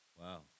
wow